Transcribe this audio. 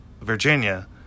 Virginia